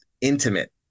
intimate